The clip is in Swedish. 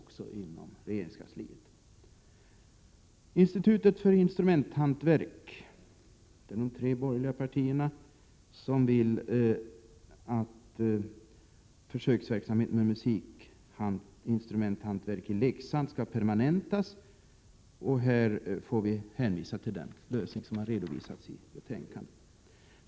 I reservation 22 föreslår de tre borgerliga partierna att försöksverksamheten med musikinstrumenthantverk i Leksand skall permanentas. Jag hänvisar på denna punkt till den lösning som utskottet redovisar i betänkandet.